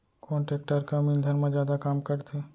कोन टेकटर कम ईंधन मा जादा काम करथे?